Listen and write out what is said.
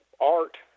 art